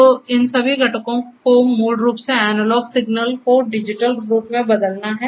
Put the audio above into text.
तो इन सभी घटकों को मूल रूप से एनालॉग सिग्नल को डिजिटल रूप में बदलना है